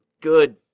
good